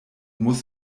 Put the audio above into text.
muss